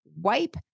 Wipe